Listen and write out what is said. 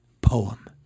poem